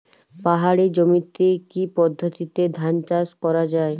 পাহাড়ী জমিতে কি পদ্ধতিতে ধান চাষ করা যায়?